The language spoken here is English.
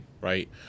Right